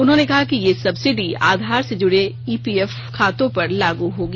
उन्होंने कहा कि यह सबसिडी आधार से जुडे ई पी एफ खातों पर लागू होगी